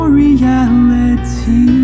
reality